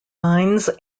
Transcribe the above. mines